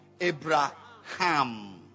Abraham